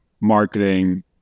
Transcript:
marketing